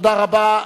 תודה רבה.